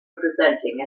representing